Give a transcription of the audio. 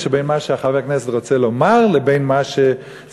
בין מה שחבר הכנסת רוצה לומר לבין סדר-היום.